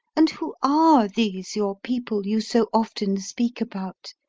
and who are these your people you so often speak about.